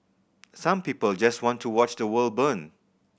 some people just want to watch the world burn